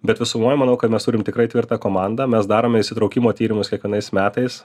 bet visumoj manau kad mes turim tikrai tvirtą komandą mes darome įsitraukimo tyrimus kiekvienais metais